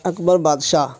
اکبر بادشاہ